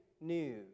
news